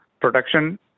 production